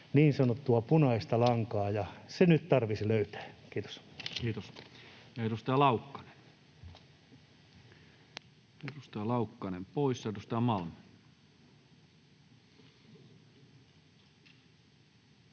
niin sanottua punaista lankaa, ja se nyt tarvitsisi löytää. — Kiitos. Kiitos. — Edustaja Laukkanen poissa. — Edustaja Malm.